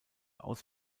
aus